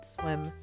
swim